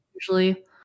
Usually